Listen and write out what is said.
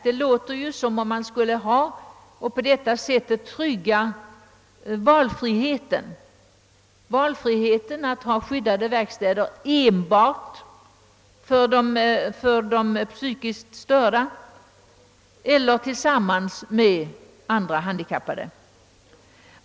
Det låter ju som om man på detta sätt skulle trygga valfriheten att ha skyddade verkstäder antingen enbart för de psykiskt störda eller också för de psykiskt störda tillsammans med andra handikappade.